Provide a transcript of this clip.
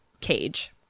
cage